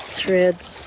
threads